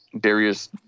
Darius